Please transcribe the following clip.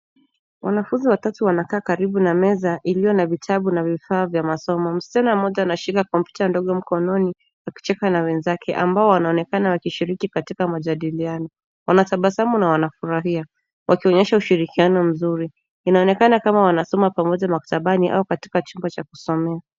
Wanafunzi watatu wanakaa karibu na meza iliyo na vitabu na vifaa vya masomo. Msichana mmoja anashika kompyuta ndogo mkononi, akicheka na wenzake, ambao wanaonekana wakishiriki katika majadiliano. Wanatabasamu na wanafurahia, wakionyesha ushirikiano mzuri. Inaonekana kama wanasoma pamoja maktabani au katika chumba cha kusomea.